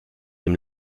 dem